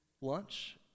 lunch